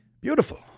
Beautiful